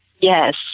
Yes